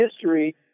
history